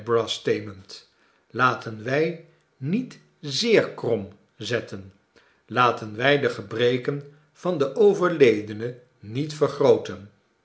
teemend laten wij niet zeer krom zetten laten wij de gebreken van den overledene niet vergrooten